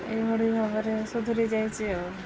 ଏଇଭଳି ଭାବରେ ସୁଧୁରି ଯାଇଛି ଆଉ